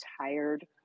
tired